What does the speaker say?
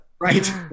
Right